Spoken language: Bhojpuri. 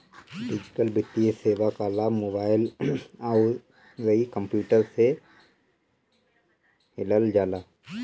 डिजिटल वित्तीय सेवा कअ लाभ मोबाइल अउरी कंप्यूटर से लिहल जाला